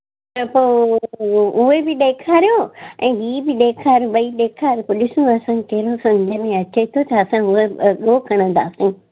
त पोइ उहे बि ॾेखारियो ऐं हीअ बि ॾेखार ॿई ॾेखार पोइ ॾिसूं असांखे कहिड़ो सम्झि में अचे थो त असां उहो वॻो खणंदासीं